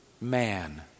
man